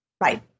right